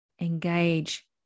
engage